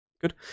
Good